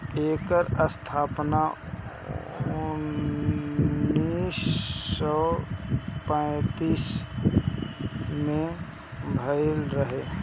एकर स्थापना उन्नीस सौ पैंतीस में भइल रहे